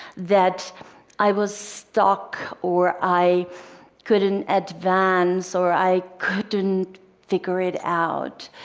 that i was stuck or i couldn't advance or i couldn't figure it out.